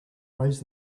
raise